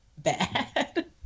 Bad